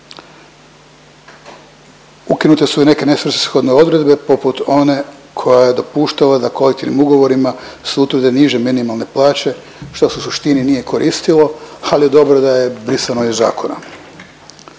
Ukinute su i neke nesvrsishodne odredbe poput one koja je dopuštala da kolektivnim ugovorima se utvrde niže minimalne plaće, što u suštini nije koristilo, ali je dobro da je brisano iz zakona.